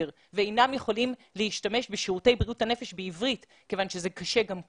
ואינם יכולים להשתמש בשירותי בריאות הנפש בעברית כיוון שזה קשה גם כך.